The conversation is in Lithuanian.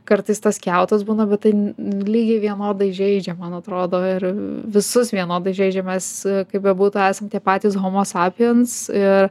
kartais tas kiautas būna bet tai lygiai vienodai žeidžia man atrodo ir visus vienodai žeidžia mes kaip bebūtų esam tie patys homosapiens ir